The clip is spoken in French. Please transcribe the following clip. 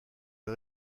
les